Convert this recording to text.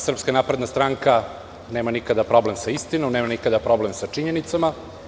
Srpska napredna stranka nikada nema problem sa istinom, nikada nema problem sa činjenicama.